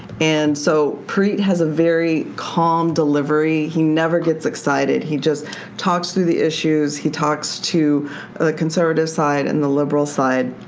and so preet has a very calm delivery. he never gets excited. he just talks through the issues. he talks to the conservative side and the liberal side.